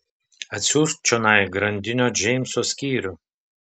atsiųsk čionai grandinio džeimso skyrių